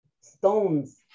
stones